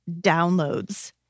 downloads